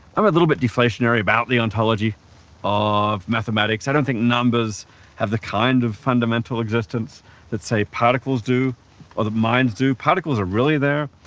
i'm a little bit deflationary about the ontology of mathematics. i don't think numbers have the kind of fundamental existence that, say, particles do or that minds do. particles are really there.